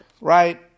Right